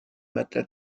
matelas